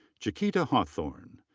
chiquita hawthorne.